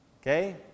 Okay